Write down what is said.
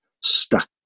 stuck